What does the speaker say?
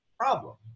problem